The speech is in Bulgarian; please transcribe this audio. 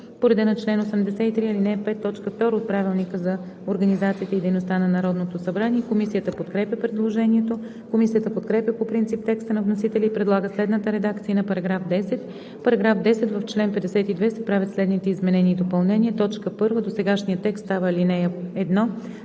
по реда на чл. 83, ал. 5, т. 2 от Правилника за организацията и дейността на Народното събрание. Комисията подкрепя предложението. Комисията подкрепя по принцип текста на вносителя и предлага следната редакция на § 10: „§ 10. В чл. 52 се правят следните изменения и допълнения: 1. Досегашният текст става ал. 1.